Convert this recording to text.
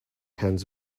hands